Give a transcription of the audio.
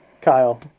Kyle